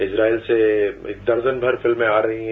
इसाइल से दर्जन भर फिल्में आ रही हैं